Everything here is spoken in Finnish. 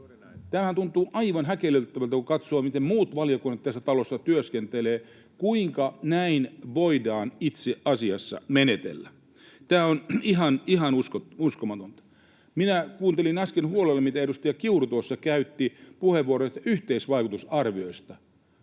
Tämähän tuntuu aivan häkellyttävältä, kun katsoo, miten muut valiokunnat tässä talossa työskentelevät. Kuinka näin voidaan itse asiassa menetellä? Tämä on ihan uskomatonta. Minä kuuntelin äsken huolella, kun edustaja Kiuru tuossa käytti puheenvuoron yhteisvaikutusarvioista.